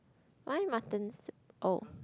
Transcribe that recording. why muttons oh